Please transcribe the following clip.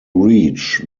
reach